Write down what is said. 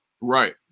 Right